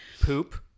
Poop